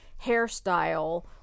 hairstyle